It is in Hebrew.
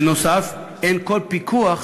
בנוסף, אין כל פיקוח